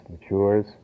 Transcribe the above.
matures